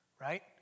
right